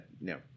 no